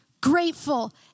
grateful